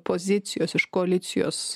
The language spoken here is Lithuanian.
pozicijos iš koalicijos